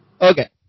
Okay